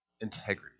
integrity